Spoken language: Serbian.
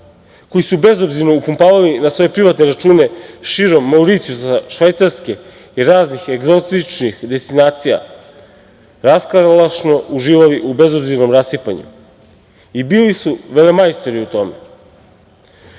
koji su bezobzirno upumpavali na svoje privatne račune širom Mauricijusa, Švajcarske i raznih egzotičnih destinacija, raskalašno uživali u bezobzirnom rasipanju i bili su velemajstori u tome.